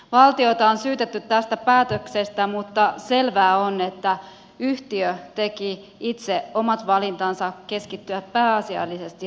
valtiota on syytetty tästä päätöksestä mutta selvää on että yhtiö teki itse omat valintansa keskittyä pääasiallisesti risteilijäbisnekseen